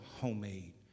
homemade